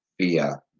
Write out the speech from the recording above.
via